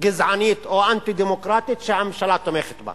גזענית או אנטי-דמוקרטית שהממשלה תומכת בה.